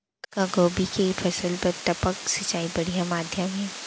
का गोभी के फसल बर टपक सिंचाई बढ़िया माधयम हे?